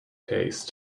taste